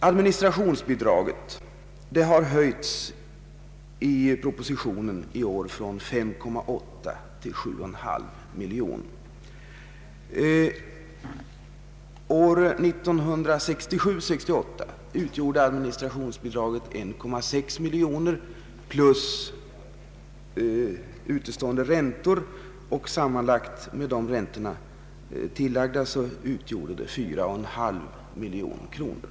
Administrationsbidraget har i propositionen i år höjts från 5,8 till 7,5 miljoner kronor. År 1967/68 utgjorde administrationsbidraget 1,6 miljoner kronor plus utestående räntor, tillsammans 4,5 miljoner kronor.